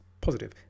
positive